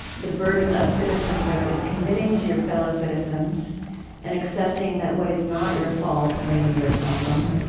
the burden of citizenship is committing to your fellow citizens and accepting that what is not your fault may be your problem.